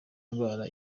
indwara